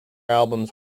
albums